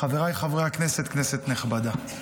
חבריי חברי הכנסת, כנסת נכבדה,